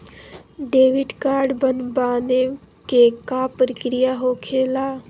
Debit card बनवाने के का प्रक्रिया होखेला?